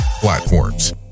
platforms